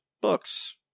books